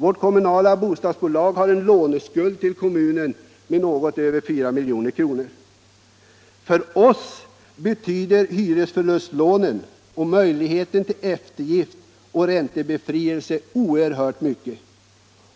Vårt kommunala bostadsbolag har en låneskuld till kommunen på något över 4 milj.kr. För oss betyder hyresförlustlånen och möjligheten till eftergift och räntebefrielse oerhört mycket.